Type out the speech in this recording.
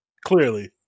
Clearly